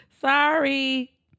Sorry